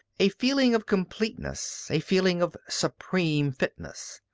a feeling of completeness, a feeling of supreme fitness.